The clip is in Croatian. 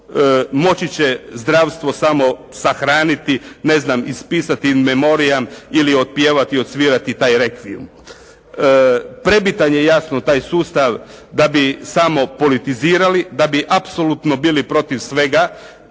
moći će zdravstvo samo sahraniti, ne znam, ispisati «in memoriam» ili otpjevati i odsvirati taj rekvijum. Prebitan je jasno taj sustav da bi samo politizirali. Da bi apsolutno bili protiv svega.